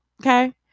okay